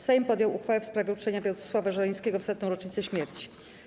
Sejm podjął uchwałę w sprawie uczczenia Władysława Żeleńskiego w setną rocznicę śmierci.